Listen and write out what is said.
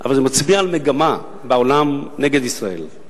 אבל זה מצביע על מגמה בעולם נגד ישראל.